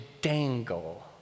dangle